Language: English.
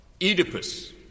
Oedipus